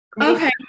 Okay